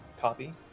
copy